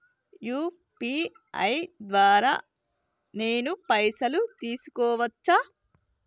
UPI ద్వారా నేను పైసలు తీసుకోవచ్చా?